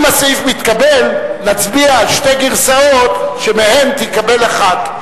אם הסעיף מתקבל נצביע על שתי גרסאות שמהן תתקבל אחת.